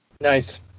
Nice